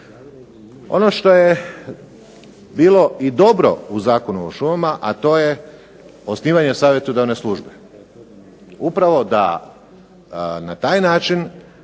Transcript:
Ono šta je bilo i dobro u Zakonu o šumama, a to je osnivanje savjetodavne službe, upravo da na taj način